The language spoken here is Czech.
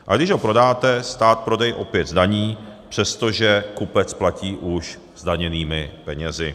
A když ho prodáte, stát prodej opět zdaní, přestože kupec platí už zdaněnými penězi.